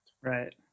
right